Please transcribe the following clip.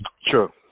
Sure